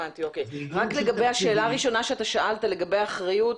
לגבי השאלה הראשונה ששאלת, לגבי אחריות.